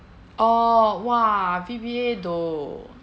orh !wah! V_B_A though